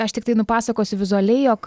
aš tiktai nupasakosiu vizualiai jog